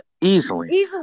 Easily